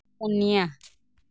ᱯᱩᱱᱭᱟ